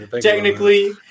technically